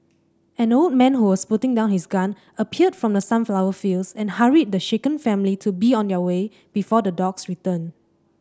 an old man who was putting down his gun appeared from the sunflower fields and hurried the shaken family to be on their way before the dogs return